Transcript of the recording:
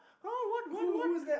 !huh! what what what